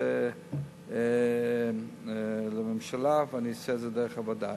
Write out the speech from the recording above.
זה לממשלה ואני אעשה את זה דרך הוועדה.